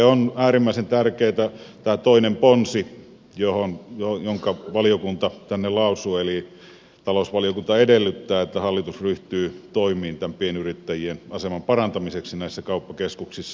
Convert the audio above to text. on äärimmäisen tärkeä tämä toinen ponsi jonka valiokunta tänne lausuu eli talousvaliokunta edellyttää että hallitus ryhtyy toimiin pienyrittäjien aseman parantamiseksi näissä kauppakeskuksissa